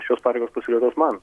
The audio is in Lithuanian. šios pareigos pasiūlytos man